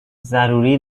ضروری